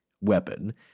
weapon